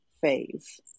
phase